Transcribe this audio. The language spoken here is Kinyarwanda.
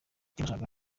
yashakaga